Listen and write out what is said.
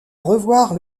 revoir